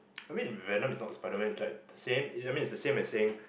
I mean Venom is not Spiderman it's like same I mean it's the same as saying